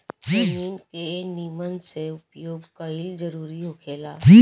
जमीन के निमन से उपयोग कईल जरूरी होखेला